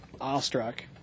awestruck